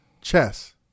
chess